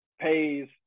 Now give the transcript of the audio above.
pays